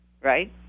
right